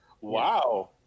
Wow